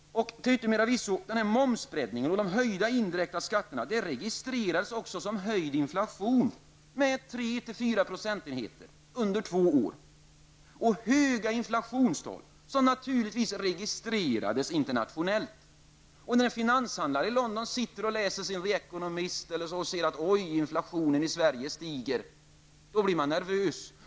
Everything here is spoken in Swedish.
Till yttermera visso har momsbreddningen och de höjda indirekta skatterna registrerats som höjd inflation, med 3 till 4 procentenheter under två år. Det är höga inflationstal som naturligtvis registrerades internationellt. När finanshandlare i London läser sin the Economist och ser att inflationen i Sverige stiger, blir de nervösa.